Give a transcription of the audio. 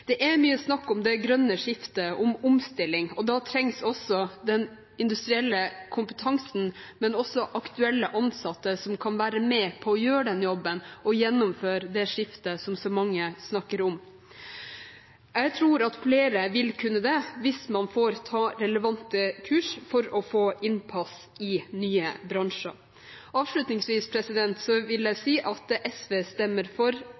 Det er mye snakk om det grønne skiftet, om omstilling. Da trengs også den industrielle kompetansen, men også aktuelle ansatte, som kan være med på å gjøre den jobben og gjennomføre det skiftet som så mange snakker om. Jeg tror at flere vil kunne det hvis man får ta relevante kurs for å få innpass i nye bransjer. Avslutningsvis vil jeg si at SV stemmer for